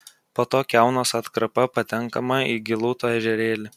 po to kiaunos atkarpa patenkama į gilūto ežerėlį